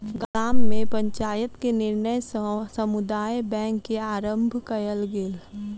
गाम में पंचायत के निर्णय सॅ समुदाय बैंक के आरम्भ कयल गेल